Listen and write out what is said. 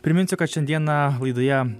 priminsiu kad šiandieną laidoje